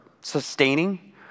sustaining